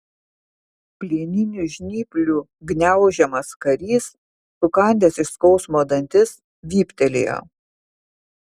plieninių žnyplių gniaužiamas karys sukandęs iš skausmo dantis vyptelėjo